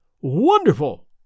Wonderful